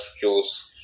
choose